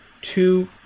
two